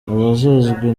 abajejwe